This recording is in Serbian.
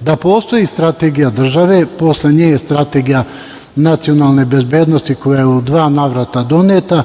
Da postoji strategija države posle nje je strategija nacionalne bezbednosti koja je u dva navrata doneta